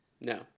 no